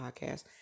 podcast